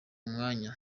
mwanya